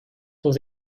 was